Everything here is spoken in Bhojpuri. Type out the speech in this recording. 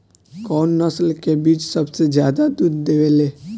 कउन नस्ल के बकरी सबसे ज्यादा दूध देवे लें?